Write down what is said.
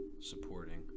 supporting